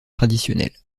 traditionnelle